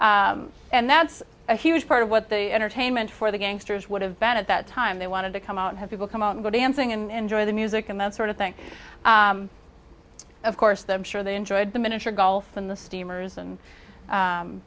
in and that's a huge part of what the entertainment for the gangsters would have been at that time they wanted to come out and have people come out and go dancing and join the music and that sort of thing of course them sure they enjoyed the miniature golf and the steamers and